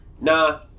nah